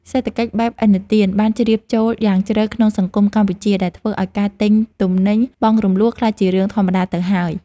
សេដ្ឋកិច្ចបែបឥណទានបានជ្រាបចូលយ៉ាងជ្រៅក្នុងសង្គមកម្ពុជាដែលធ្វើឱ្យការទិញទំនិញបង់រំលស់ក្លាយជារឿងធម្មតាទៅហើយ។